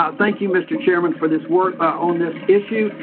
ah thank you mr. chairman, for this work on this issue.